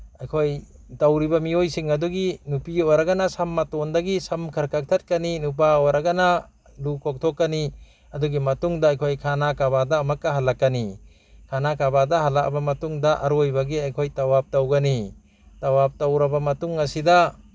ꯑꯩꯈꯣꯏ ꯇꯧꯔꯤꯕ ꯃꯤꯑꯣꯏꯁꯤꯡ ꯑꯗꯨꯒꯤ ꯅꯨꯄꯤ ꯑꯣꯏꯔꯒꯅ ꯁꯝ ꯃꯇꯣꯟꯗꯒꯤ ꯁꯝ ꯈꯔ ꯀꯛꯊꯠꯀꯅꯤ ꯅꯨꯄꯥ ꯑꯣꯏꯔꯒꯅ ꯂꯨ ꯀꯣꯛꯊꯣꯛꯀꯅꯤ ꯑꯗꯨꯒꯤ ꯃꯇꯨꯡꯗ ꯑꯩꯈꯣꯏ ꯈꯥꯅꯥ ꯀꯕꯥꯗ ꯑꯃꯛꯀ ꯍꯜꯂꯛꯀꯅꯤ ꯈꯥꯅꯥ ꯀꯕꯥꯗ ꯍꯜꯂꯛꯑꯕ ꯃꯇꯨꯡꯗ ꯑꯔꯣꯏꯕꯒꯤ ꯑꯩꯈꯣꯏ ꯇꯋꯥꯞ ꯇꯧꯒꯅꯤ ꯇꯋꯥꯞ ꯇꯧꯔꯕ ꯃꯇꯨꯡ ꯑꯁꯤꯗ